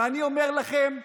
ואני אומר לכם,